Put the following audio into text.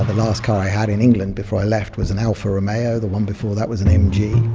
the last car i had in england before i left was an alpha romeo, the one before that was an mg.